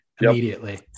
Immediately